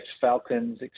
Falcons